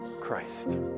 Christ